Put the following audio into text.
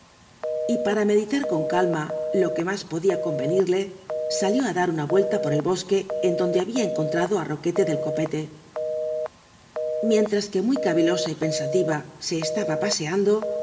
y para meditar con calma lo que mas podía comenirle salió á dar una vnella por el bosque en donde había encontrado á roquete del copete miéntras que muy cavilosa y pensatiya se estaba paseando